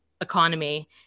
economy